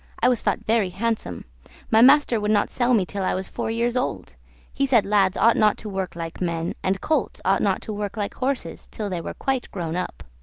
i was thought very handsome my master would not sell me till i was four years old he said lads ought not to work like men, and colts ought not to work like horses till they were quite grown up.